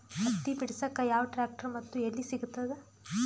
ಹತ್ತಿ ಬಿಡಸಕ್ ಯಾವ ಟ್ರ್ಯಾಕ್ಟರ್ ಮತ್ತು ಎಲ್ಲಿ ಸಿಗತದ?